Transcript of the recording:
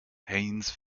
haynes